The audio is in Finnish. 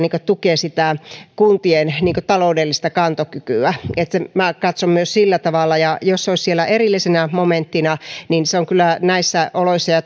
tukee kuntien taloudellista kantokykyä minä katson myös sillä tavalla jos se olisi siellä erillisenä momenttina niin se olisi kyllä näissä oloissa ja